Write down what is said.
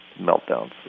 meltdowns